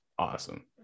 Awesome